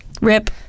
Rip